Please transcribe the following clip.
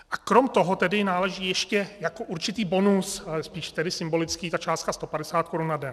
A krom toho tedy náleží ještě jako určitý bonus, ale spíš tedy symbolický, ta částka 150 korun na den.